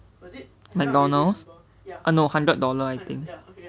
mcdonald's eh no hundred dollar I think